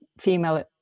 female